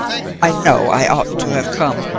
i know i oughtn't to have come,